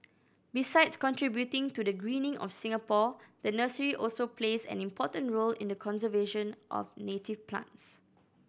besides contributing to the greening of Singapore the nursery also plays an important role in the conservation of native plants